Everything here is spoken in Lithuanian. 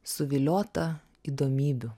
suviliota įdomybių